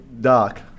Doc